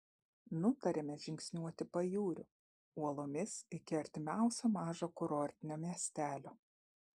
nutarėme žingsniuoti pajūriu uolomis iki artimiausio mažo kurortinio miestelio